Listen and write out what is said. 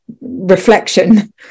reflection